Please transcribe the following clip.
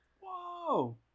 Whoa